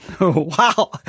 Wow